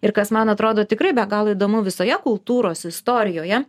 ir kas man atrodo tikrai be galo įdomu visoje kultūros istorijoje